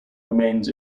remains